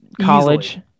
college